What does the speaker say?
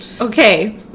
Okay